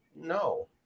no